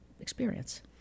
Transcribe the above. experience